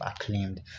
acclaimed